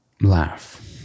laugh